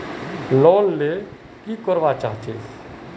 Loan ले की करवा चाहीस?